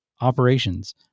operations